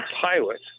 pilot